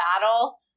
battle